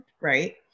right